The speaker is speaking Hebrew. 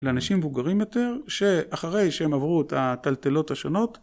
לאנשים בוגרים יותר, שאחרי שהם עברו את התלתלות השונות